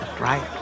right